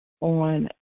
on